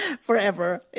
forever